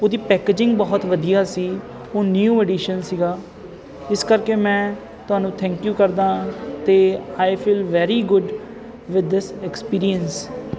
ਉਹਦੀ ਪੈਕਜਿੰਗ ਬਹੁਤ ਵਧੀਆ ਸੀ ਉਹ ਨਿਊ ਐਡੀਸ਼ਨ ਉਹ ਸੀਗਾ ਇਸ ਕਰਕੇ ਮੈਂ ਤੁਹਾਨੂੰ ਥੈਂਕ ਯੂ ਕਰਦਾ ਅਤੇ I feel very good with this experience